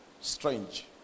strange